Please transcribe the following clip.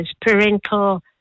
parental